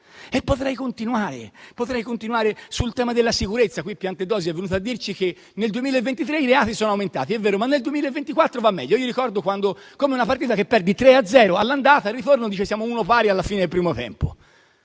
E potrei continuare, ad esempio, sul tema della sicurezza. Piantedosi è venuto a dirci che nel 2023 i reati sono aumentati, è vero, ma nel 2024 va meglio. È come una partita che perdi tre a zero all'andata, ma al ritorno siamo uno pari alla fine del primo tempo.